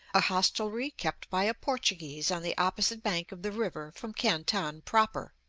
a hostelry kept by a portuguese on the opposite bank of the river from canton proper.